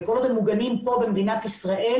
כל עוד הם מוגנים כאן במדינת ישראל,